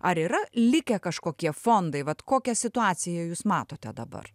ar yra likę kažkokie fondai vat kokią situaciją jūs matote dabar